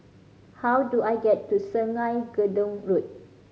how do I get to Sungei Gedong Road